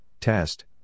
test